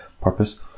purpose